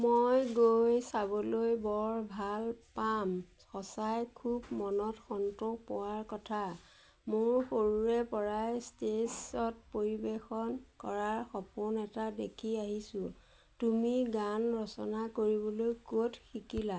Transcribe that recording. মই গৈ চাবলৈ বৰ ভাল পাম সঁচাই খুব মনত সন্তোষ পোৱাৰ কথা মোৰ সৰুৰেপৰাই ষ্টেজত পৰিৱেশন কৰাৰ সপোন এটা দেখি আহিছোঁ তুমি গান ৰচনা কৰিবলৈ ক'ত শিকিলা